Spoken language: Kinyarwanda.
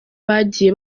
bagiye